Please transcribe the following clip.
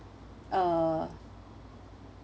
uh